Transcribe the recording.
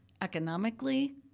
economically